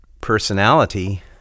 personality